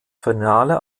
finale